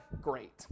great